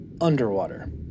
Underwater